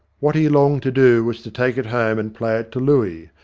what he longed to do was to take it home and play it to looey,